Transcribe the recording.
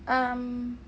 um